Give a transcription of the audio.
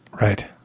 Right